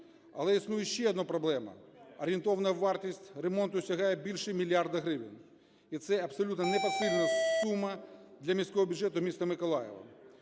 Але існує ще одна проблема – орієнтовна вартість ремонту сягає більше мільярда гривень. І це абсолютно непосильна сума для міського бюджету міста Миколаєва.